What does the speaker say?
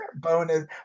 Bonus